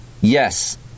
yes